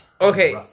Okay